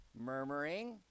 murmuring